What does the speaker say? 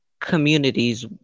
communities